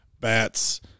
bats